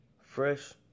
fresh